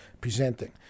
presenting